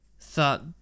thought